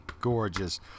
gorgeous